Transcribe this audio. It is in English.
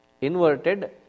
inverted